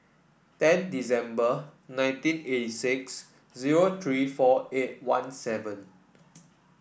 ten December nineteen eighty six zero three four eight one seven